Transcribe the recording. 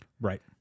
Right